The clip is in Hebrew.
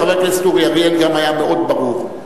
וחבר הכנסת אורי אריאל גם היה מאוד ברור.